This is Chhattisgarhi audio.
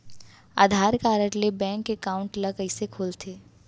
आधार कारड ले बैंक एकाउंट ल कइसे खोलथे?